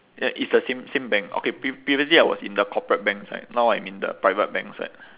ya it's the same same bank okay pre~ previously I was in the corporate bank side now I'm in the private bank side